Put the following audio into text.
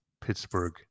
Pittsburgh